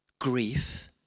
grief